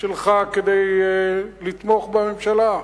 שלך כדי לתמוך בממשלה?